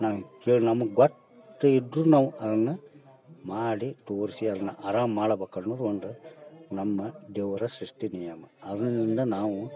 ನಾವು ಕೇಳಿ ನಮಗೆ ಗೊತ್ತಿದ್ರೂ ನಾವು ಅದನ್ನು ಮಾಡಿ ತೋರಿಸಿ ಅದನ್ನು ಅರಾಮ ಮಾಡಬೇಕ್ ಅನ್ನುವುದು ಒಂದು ನಮ್ಮ ದೇವರ ಸೃಷ್ಟಿ ನಿಯಮ ಅದರಿಂದ ನಾವು